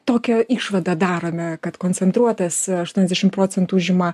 tokią išvadą darome kad koncentruotas aštuoniasdešimt procentų užima